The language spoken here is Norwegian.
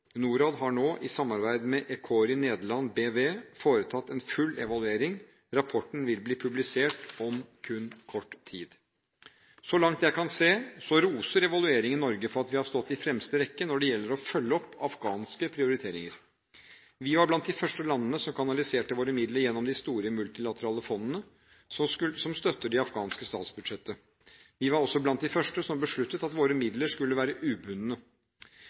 Norad har nå, i samarbeid med ECORYS Nederland BV, foretatt en full evaluering. Rapporten vil bli publisert om kun kort tid. Så langt jeg kan se, roser evalueringsrapporten Norge for at vi har stått i fremste rekke når det gjelder å følge opp afghanske prioriteringer. Vi var blant de første landene som kanaliserte våre midler gjennom de store multilaterale fondene som støtter det afghanske statsbudsjettet. Vi var også blant de første som besluttet at våre midler skulle være